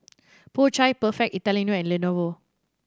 Po Chai Perfect Italiano and Lenovo